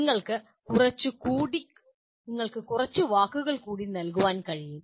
നിങ്ങൾക്ക് കുറച്ച് വാക്കുകൾ കൂടി നൽകാൻ കഴിയും